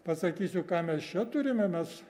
pasakysiu ką mes čia turime mes